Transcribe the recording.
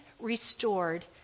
restored